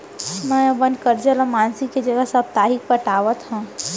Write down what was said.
मै अपन कर्जा ला मासिक के जगह साप्ताहिक पटावत हव